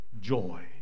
joy